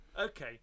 Okay